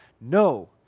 No